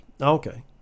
Okay